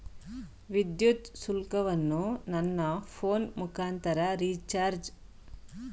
ವಿದ್ಯುತ್ ಶುಲ್ಕವನ್ನು ನನ್ನ ಫೋನ್ ಮುಖಾಂತರ ರಿಚಾರ್ಜ್ ಮಾಡಬಹುದೇ?